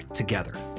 together.